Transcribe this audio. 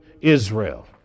Israel